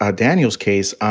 ah daniel's case.